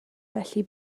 felly